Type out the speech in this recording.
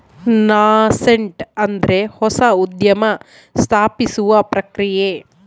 nascent ಅಂದ್ರೆ ಹೊಸ ಉದ್ಯಮ ಸ್ಥಾಪಿಸುವ ಪ್ರಕ್ರಿಯೆ